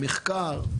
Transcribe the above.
מחקר,